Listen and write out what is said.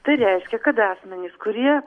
tai reiškia kad asmenys kurie